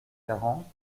quarante